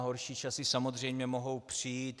Horší časy samozřejmě mohou přijít.